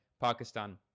Pakistan